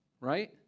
Right